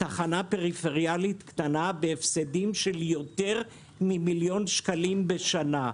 תחנה פריפריאלית קטנה בהפסדים של יותר ממיליון שקלים בשנה.